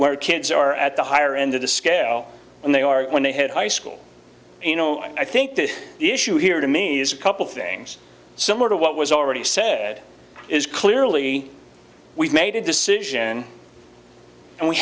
where kids are at the higher end of the scale and they are when they hit high school you know i think this issue here to me is a couple things similar to what was already said is clearly we've made a decision and we